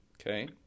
Okay